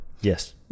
yes